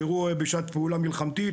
שאירעו בשעת פעולה מלחמתית,